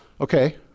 Okay